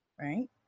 Right